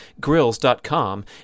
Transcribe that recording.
grills.com